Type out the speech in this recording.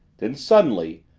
then, suddenly,